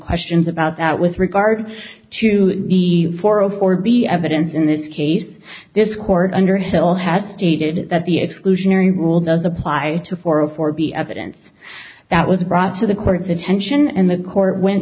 questions about that with regard to the four zero four b evidence in this case this court underhill had stated that the exclusionary rule does apply to four o four b evidence that was brought to the court's attention and the court went